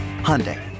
Hyundai